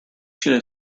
should